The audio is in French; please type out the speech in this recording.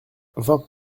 vingt